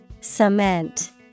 Cement